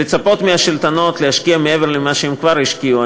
לצפות מהשלטונות להשקיע מעבר למה שהם כבר השקיעו,